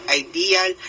ideal